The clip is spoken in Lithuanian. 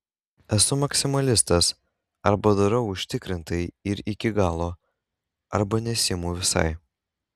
esu maksimalistas arba darau užtikrintai ir iki galo arba nesiimu visai